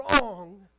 wrong